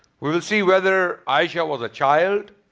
we will see whether aisha was a child.